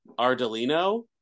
Ardolino